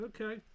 Okay